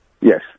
Yes